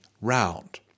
round